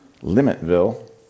Limitville